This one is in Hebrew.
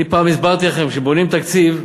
אני פעם הסברתי לכם, כשבונים תקציב,